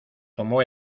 tomó